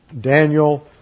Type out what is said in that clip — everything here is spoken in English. Daniel